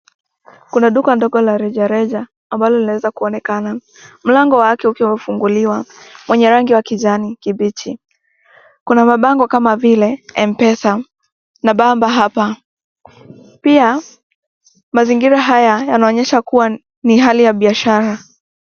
Kuna duka ndogo la rejareja ambalo linaweza kuonekana mlango wake ukiwa umefunguliwa wenye rangi ya kijani kibichi. Kuna mabango kama vile M-Pesa na bamba hapa. Pia mazingira haya yanaonyesha kuwa ni hali ya biashara.